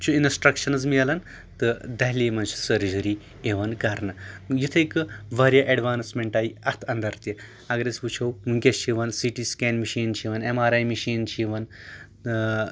چھُ اِنسٹرٛکشَنٕز مِلَان تہٕ دہلی منٛز چھِ سٔرجٔری یِوان کرنہٕ یِتھٕے کٔنۍ واریاہ اٮ۪ڈوانٕسمنٛٹ آیہِ اَتھ اَندر تہِ اگر أسۍ وٕچھو وٕنکٮ۪س چھِ یِوان سی ٹی سکین مِشیٖن چھِ یِوان اٮ۪م آر آیی مِشیٖن چھِ یِوان